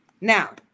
Now